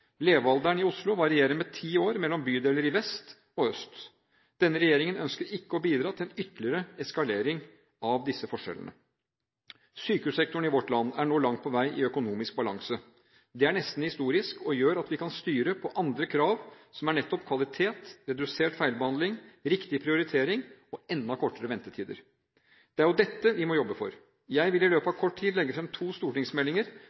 Levealderen i Oslo varierer med ti år mellom bydeler i vest og bydeler i øst. Denne regjeringen ønsker ikke å bidra til en ytterligere eskalering av disse forskjellene. Sykehussektoren i vårt land er nå langt på vei i økonomisk balanse. Det er nesten historisk og gjør at vi kan styre på andre krav, som er nettopp kvalitet, redusert feilbehandling, riktig prioritering og enda kortere ventetider. Det er dette vi må jobbe for. Jeg vil i løpet av kort tid legge fram to stortingsmeldinger